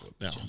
now